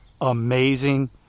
amazing